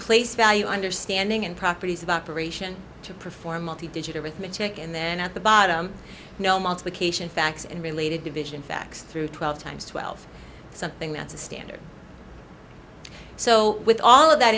place value understanding and properties of operation to perform multi digit arithmetic and then at the bottom know multiplication facts and related division facts through twelve times twelve something that's a standard so with all of that